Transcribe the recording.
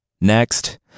Next